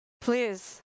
please